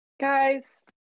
guys